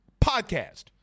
podcast